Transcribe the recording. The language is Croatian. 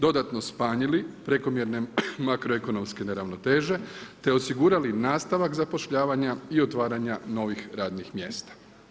Dodatno smanjili prekomjerne makroekonomske neravnoteže, te osigurali nastavak zapošljavanja i otvaranja novih radnih mjesta.